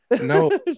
no